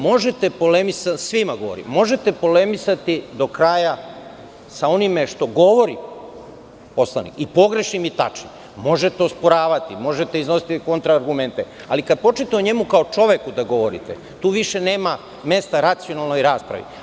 Možete polemisati do kraja sa onim što govori poslanik i pogrešnim i tačnim, možete osporavati, možete iznositi kontra argumente, ali kada počnete o njemu da govoriti kao o čoveku, tu više nema mesta racionalnoj raspravi.